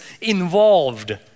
involved